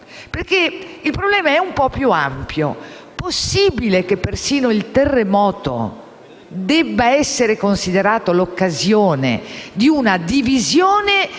parte del problema, che è un po' più ampio. È possibile che persino il terremoto debba essere considerato l'occasione di una divisione